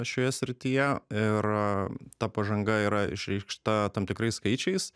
šioje srityje ir ta pažanga yra išreikšta tam tikrais skaičiais